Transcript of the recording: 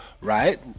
right